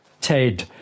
Ted